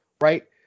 right